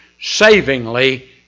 savingly